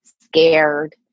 scared